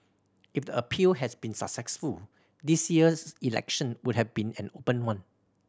if the appeal has been successful this year's election would have been an open one